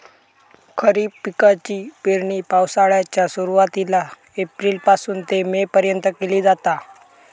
खरीप पिकाची पेरणी पावसाळ्याच्या सुरुवातीला एप्रिल पासून ते मे पर्यंत केली जाता